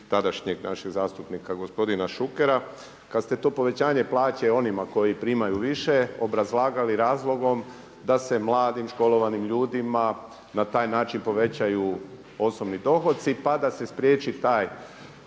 tadašnjem našeg zastupnika gospodina Šukera kad ste to povećanje plaće onima koji primaju više obrazlagali razlogom da se mladim, školovanim ljudima na taj način povećaju osobni dohodci pa da se spriječi taj